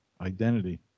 identity